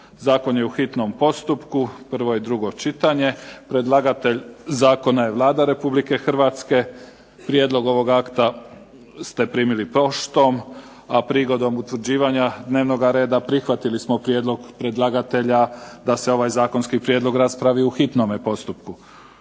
proizvoda, hitni postupak, prvo i drugo čitanje, P.Z. broj 492 Predlagatelja zakona je Vlada Republike Hrvatske. Prijedlog ovog akta ste primili poštom. A prigodom utvrđivanja dnevnoga reda prihvatili smo prijedlog predlagatelja da se ovaj zakonski prijedlog raspravi u hitnome postupku.